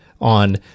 on